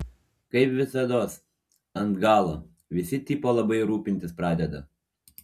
kaip visados ant galo visi tipo labai rūpintis pradeda